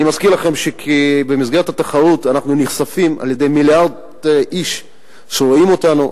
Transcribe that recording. אני מזכיר לכם שבמסגרת התחרות אנחנו נחשפים למיליארד איש שרואים אותנו,